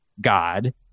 God